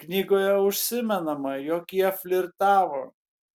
knygoje užsimenama jog jie flirtavo